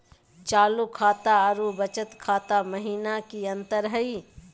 चालू खाता अरू बचत खाता महिना की अंतर हई?